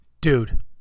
Dude